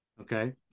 Okay